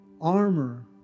armor